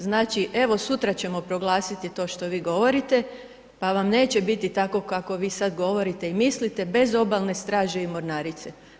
Znači evo sutra ćemo proglasiti to što vi govorite pa vam neće biti tako kako vi sad govorite i mislite bez Obalne straže i mornarice.